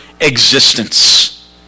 existence